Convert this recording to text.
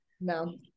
no